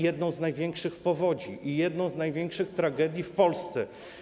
Jedną z największych powodzi i jedną z największych tragedii w Polsce.